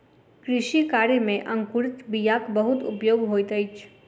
कृषि कार्य में अंकुरित बीयाक बहुत उपयोग होइत अछि